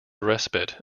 respite